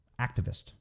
activist